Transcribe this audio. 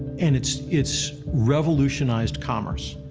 and it's, it's revolutionized commerce.